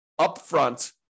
upfront